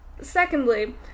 Secondly